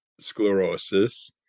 sclerosis